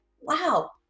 wow